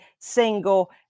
single